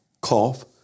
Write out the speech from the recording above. cough